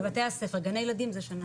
בבתי הספר, גני ילדים זה שנה.